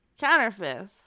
Counterfeit